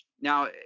Now